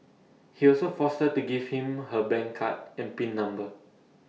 he also forced to give him her bank card and pin number